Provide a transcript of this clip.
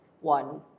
one